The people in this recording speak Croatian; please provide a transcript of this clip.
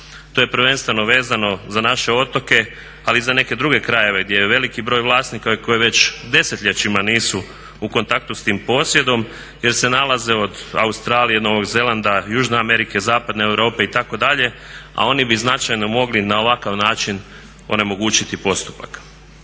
To je prvenstveno vezano za naše otoke ali i za neke druge krajeve gdje je veliki broj vlasnika koji već desetljećima nisu u kontaktu sa tim posjedom jer se nalaze od Australije, Novog Zelanda, južne Amerike, zapadne Europe itd. a oni bi značajno mogli na ovakav način onemogućiti postupak.